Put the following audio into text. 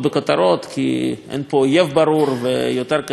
כי אין פה אויב ברור ויותר קשה ציבורית להבין,